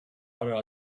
არა